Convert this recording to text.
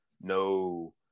no